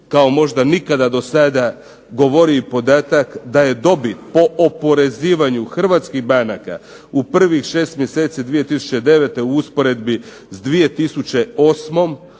kao možda nikada do sada govori i podatak da je dobit po oporezivanju Hrvatskih banaka u prvih 6 mjeseci 2009. u usporedbi sa 2008.